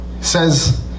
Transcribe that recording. says